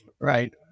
Right